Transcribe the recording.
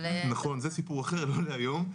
נכון, זה סיפור אחר, לא להיום.